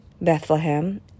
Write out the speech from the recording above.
Bethlehem